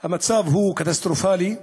המצב קטסטרופלי,